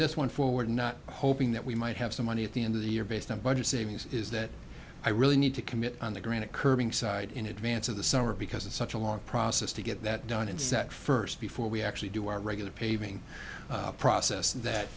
this one forward and not hoping that we might have some money at the end of the year based on budget savings is that i really need to commit on the granite curving side in advance of the summer because it's such a long process to get that done in set first before we actually do our regular paving process that